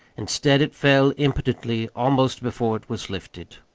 instead it fell impotently almost before it was lifted.